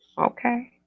Okay